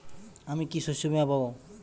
আমি কি শষ্যবীমা পাব?